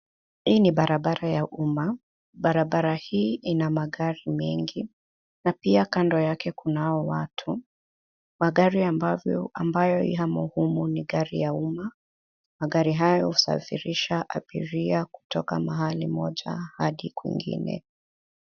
Hii ni barabara ya umama, barabara hii ina magari mengi na pia kando yake kunao watu. Magari ambayo yamo humu ni gari ya umma, magari haya ya husafirisha abiria kutoka mahali moja hadi kwingine.